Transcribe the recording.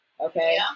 Okay